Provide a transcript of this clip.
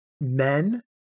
men